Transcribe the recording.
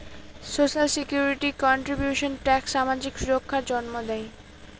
social security contributions tax সামাজিক সুররক্ষার জন্য দেয়